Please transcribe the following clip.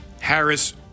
Harris